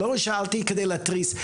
לא שאלתי כדי להתריס,